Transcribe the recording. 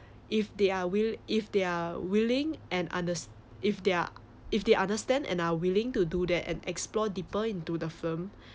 if they are will~ if they are willing and unders~ if they are if they understand and are willing to do that and explore deeper into the film